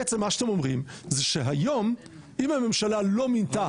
בעצם מה שאתם אומרים זה שהיום אם הממשלה לא מינתה.